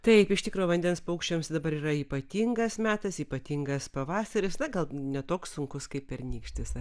taip iš tikro vandens paukščiams dabar yra ypatingas metas ypatingas pavasaris na gal ne toks sunkus kaip pernykštis